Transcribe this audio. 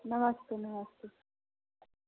नमस्ते नमस्ते